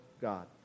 God